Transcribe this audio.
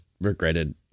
regretted